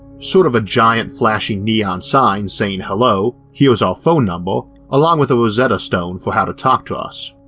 sort of giant flashing neon sign saying hello, here's our phone number along with a rosetta stone for how to talk to us.